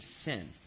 sin